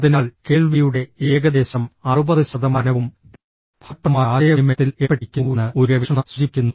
അതിനാൽ കേൾവിയുടെ ഏകദേശം 60 ശതമാനവും ഫലപ്രദമായ ആശയവിനിമയത്തിൽ ഏർപ്പെട്ടിരിക്കുന്നുവെന്ന് ഒരു ഗവേഷണം സൂചിപ്പിക്കുന്നു